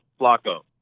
Flacco